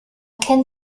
kennt